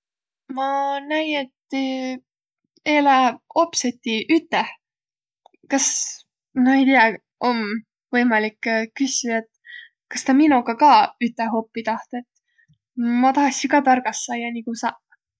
Ma näi, et ti eeläq opsõti üteh. Kas, no ei tiiäq, om võimalik küssüq, et kas tä minoga ka üteh oppiq tahtsõ. Ma tahassi kah targas saiaq nigu saq.